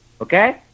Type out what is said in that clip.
Okay